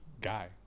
Guy